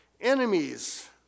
Enemies